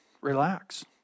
relax